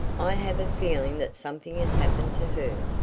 i have a feeling that something has happened to her.